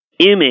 image